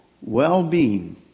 well-being